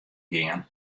gean